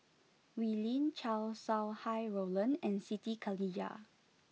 Wee Lin Chow Sau Hai Roland and Siti Khalijah